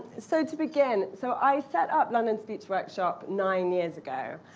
so to begin, so i set up london speech workshop nine years ago.